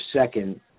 second